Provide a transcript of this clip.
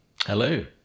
hello